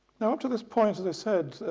up to this point, to this